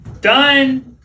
Done